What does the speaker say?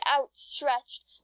outstretched